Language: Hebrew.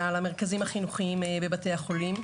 על המרכזים החינוכיים בבתי החולים.